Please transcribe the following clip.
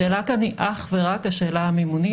השאלה כאן היא אך ורק השאלה המימונית,